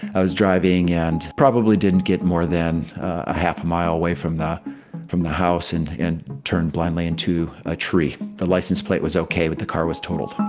i was driving and probably didn't get more than a half a mile away from that from the house and in turn blindly into a tree. the license plate was ok, but the car was totaled.